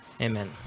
amen